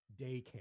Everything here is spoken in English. daycare